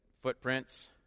Footprints